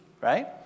right